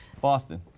boston